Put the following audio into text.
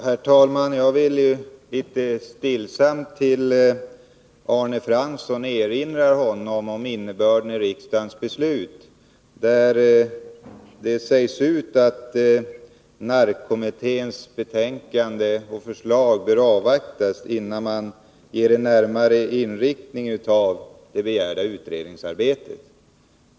Herr talman! Jag vill litet stillsamt erinra Arne Fransson om innebörden i riksdagens beslut. Där sägs att nya arbetsrättskommitténs betänkande och förslag bör avvaktas innan man ger en närmare inriktning av det begärda utredningsarbetet.